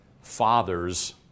fathers